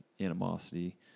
animosity